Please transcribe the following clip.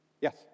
Yes